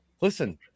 Listen